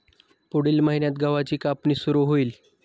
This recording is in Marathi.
पुढील महिन्यात गव्हाची कापणी सुरू होईल